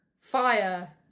fire